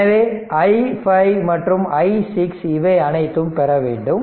எனவே i5 மற்றும் i6 இவை அனைத்தும் பெற வேண்டும்